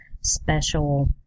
special